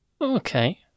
Okay